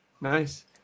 Nice